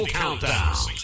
countdown